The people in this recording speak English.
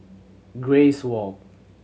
Grace Walk